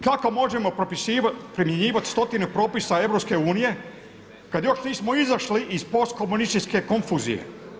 Kako možemo primjenjivati stotine propisa EU kada još nismo izašli iz postkomunističke konfuzije?